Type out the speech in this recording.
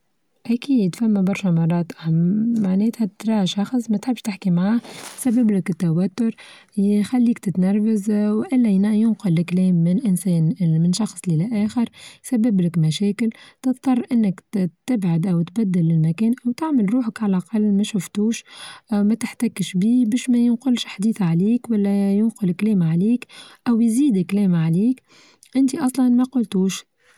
أكيد فما برشا مرات معناتها ترى شخص ما تحبش تحكي معاه تسبب لك التوتر يخليك تتنرفز وإلا ينقل الكلام من إنسان من شخص إلى آخر يسبب لك مشاكل تضطر أنك تبعد أو تبدل المكان أو تعمل روحك على الأقل مشفتوش متحتكش بيه باش ما ينقلش حديث عليك ولا ينقل كلام عليك أو يزيد كلام عليك أنت اصلا ما قلتوش.